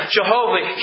Jehovah